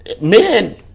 men